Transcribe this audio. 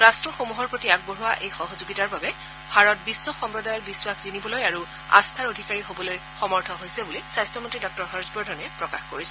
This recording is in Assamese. ৰাট্টসমূহৰ প্ৰতি আগবঢ়োৱা এই সহযোগিতাৰ বাবে ভাৰত বিশ্ব সম্প্ৰদায়ৰ বিশ্বাস জিনিবলৈ আৰু আস্থাৰ অধিকাৰী হবলৈ সক্ষম হৈছে বুলি স্বাস্থ্যমন্ত্ৰী ডাঃ হৰ্ষ বৰ্ধনে প্ৰকাশ কৰিছে